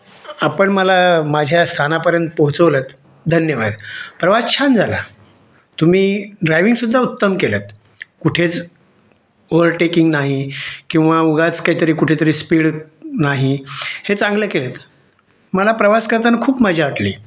आपण मला माझ्या स्थानापर्यंत पोहोचवलंत धन्यवाद प्रवास छान झाला तुम्ही ड्रायव्हिंगसुद्धा उत्तम केलंत कुठेच ओव्हरटेकिंग नाही किंवा उगाच काहीतरी कुठेतरी स्पीड नाही हे चांगलं केले आहेत मला प्रवास करताना खूप मजा वाटली